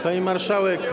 Pani Marszałek!